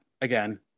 again